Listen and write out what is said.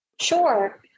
Sure